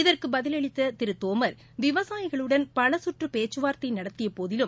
இதற்கு பதிலளித்த திரு தோமர் விவசாயிகளுடன் பல சுற்று பேச்சுவார்த்தை நடத்திய போதிலும்